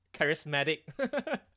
Charismatic